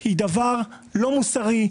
היא דבר לא מוסרי,